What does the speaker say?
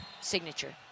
signature